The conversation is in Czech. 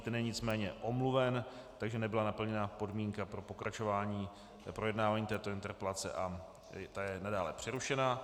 Ten je nicméně omluven, takže nebyla naplněna podmínka pro pokračování projednávání této interpelace a ta je nadále přerušena.